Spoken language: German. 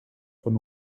von